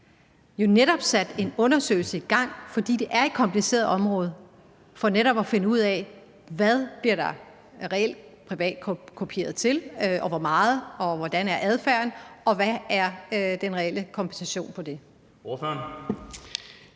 netop satte en undersøgelse i gang, fordi det er et kompliceret område, for netop at finde ud af, hvad der reelt bliver privatkopieret til og hvor meget, hvordan adfærden er, og hvad den reelle kompensation er for det. Kan ordføreren